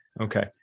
Okay